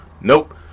Nope